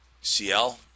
CL